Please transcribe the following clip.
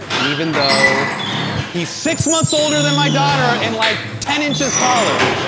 even though he's six months older than my daughter and, like, ten inches taller!